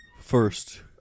First